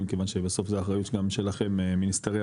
כיוון שבסוף זה אחריות שגם שלכם מיניסטריאלית,